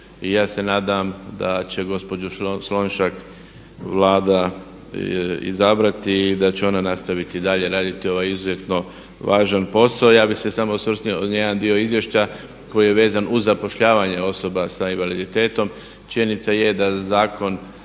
i ja se nadam da će gospođu Slonjšak Vlada izabrati i da će ona nastaviti dalje raditi ovaj izuzetno važan posao. Ja bi se samo osvrnuo na jedan dio izvješća koji je vezan uz zapošljavanje osoba sa invaliditetom. Činjenica je da Zakon